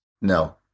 No